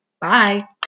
Bye